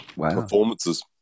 performances